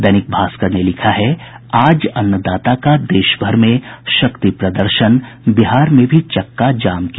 दैनिक भास्कर ने लिखा है आज अन्नदाता का देश भर में शक्ति प्रदर्शन बिहार में भी चक्का जाम की योजना